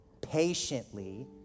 Patiently